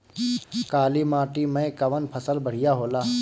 काली माटी मै कवन फसल बढ़िया होला?